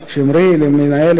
למנהלת הוועדה,